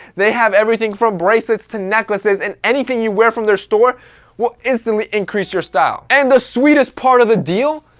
they have everything from bracelets to necklaces and anything you wear from their store will instantly increase your style. and the sweetest part of the deal?